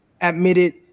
admitted